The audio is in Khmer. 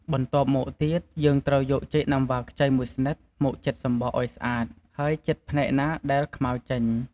បន្ទាប់មកទៀត យើងត្រូវយកចេកណាំវ៉ាខ្ចីមួយស្និតមកចិតសំបកឱ្យស្អាត ហើយចិតផ្នែកណាដែលខ្មៅចេញ។